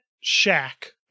shack